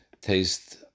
taste